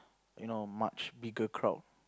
you know much bigger crowd